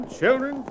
children